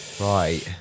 Right